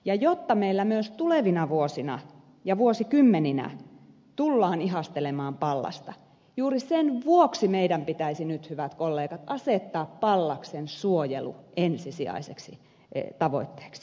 ja jotta meillä myös tulevina vuosina ja vuosikymmeninä tullaan ihastelemaan pallasta juuri sen vuoksi meidän pitäisi nyt hyvät kollegat asettaa pallaksen suojelu ensisijaiseksi tavoitteeksi